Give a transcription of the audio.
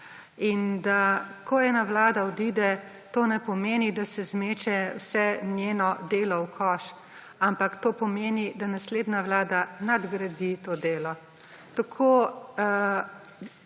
in da ko ena vlada odide, to ne pomeni, da se zmeče vse njeno delo v koš, ampak to pomeni, da naslednja vlada nadgradi to delo. Tako,